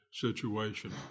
situation